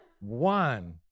one